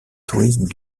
tourisme